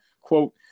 quote